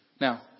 Now